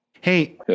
Hey